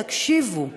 תקשיבו,